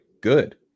good